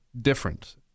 different